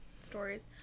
stories